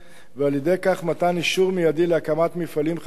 ועל-ידי כך מתן אישור מיידי להקמת מפעלים חדשים,